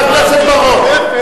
חבר הכנסת בר-און,